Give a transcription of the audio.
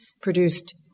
produced